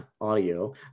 audio